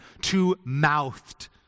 two-mouthed